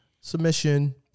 Submission